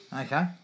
Okay